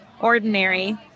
ordinary